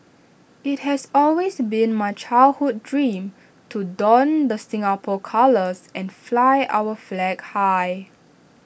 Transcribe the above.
IT has always been my childhood dream to don the Singapore colours and fly our flag high